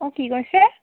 অঁ কি কৈছে